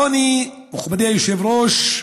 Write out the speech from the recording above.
העוני, מכובדי היושב-ראש,